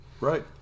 Right